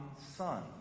Son